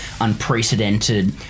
unprecedented